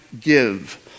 give